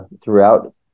throughout